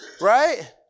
right